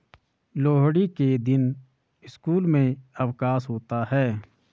लोहड़ी के दिन स्कूल में अवकाश होता है